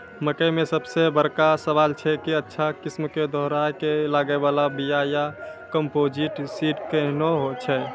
मकई मे सबसे बड़का सवाल छैय कि अच्छा किस्म के दोहराय के लागे वाला बिया या कम्पोजिट सीड कैहनो छैय?